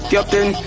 Captain